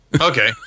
Okay